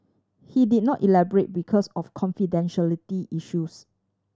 he did not elaborate because of confidentiality issues